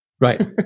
Right